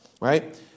right